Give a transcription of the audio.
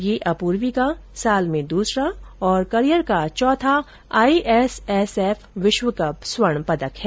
यह अपूर्वी का साल में दूसरा और करियर का चौथा आईएसएसएफ विश्व कप स्वर्ण पदक है